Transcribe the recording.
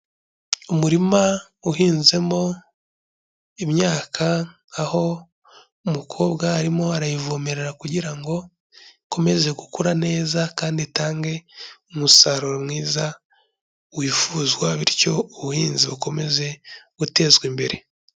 Umurima uhinzemo imyaka, aho umukobwa arimo arayivomerera kugira ngo ikomeze gukura neza kandi itange umusaruro mwiza wifuzwa, bityo ubuhinzi bukomeze gutezwa imbere.